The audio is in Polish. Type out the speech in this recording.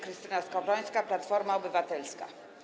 Krystyna Skowrońska, Platforma Obywatelska.